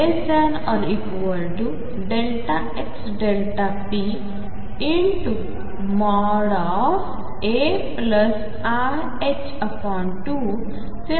ai2 चे modulus आहे